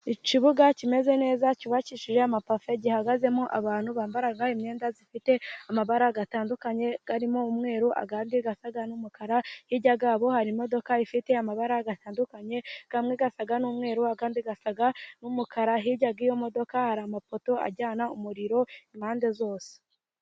Ikibuga kimeze neza cyubakishije amapave, gihagazemo abantu bambara imyenda ifite amabara atandukanye. Arimo umweru, andi asa n'umukara, hirya yabo hari imodoka ifite amabara atandukanye, amwe asa n'umweru, andi asa n'umukara. Hirya y'iyo modoka hari amapoto ajyana umuriro impande zose.